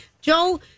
Joe